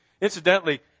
incidentally